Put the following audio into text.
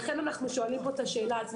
לכן אנו שואלים מה המשמעות